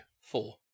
Four